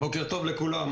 בוקר טוב לכולם,